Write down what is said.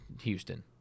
Houston